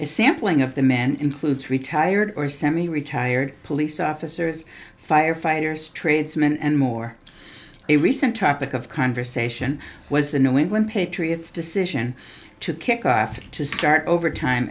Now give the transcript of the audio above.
a sampling of the men includes retired or semi retired police officers firefighters tradesmen and more a recent topic of conversation was the new england patriots decision to kick off to start over time